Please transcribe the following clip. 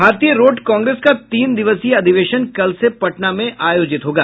भारतीय road Congress का तीन दिवसीय अधिवेशन कल से पटना में आयोजित होगा